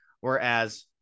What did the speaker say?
whereas